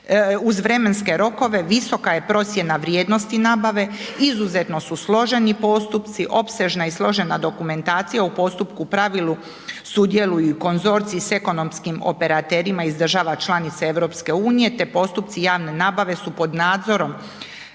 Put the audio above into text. uz vremenske rokove, visoka je procjena vrijednosti nabave, izuzetno su složeni postupci, opsežna i složena dokumentacija u postupku u pravilu sudjeluju konzorcij s ekonomskim operaterima iz država članica EU te postupci javne nabave su pod nadzorom